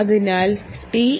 അതിനാൽ ടി